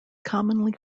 commonly